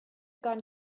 gone